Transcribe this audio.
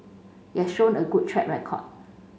it has shown a good track record